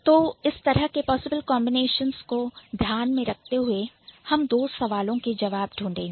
तो इस तरह के पॉसिबल कांबिनेशंस को ध्यान में रखते हुए हम 2 सवालों के जवाब बनेंगे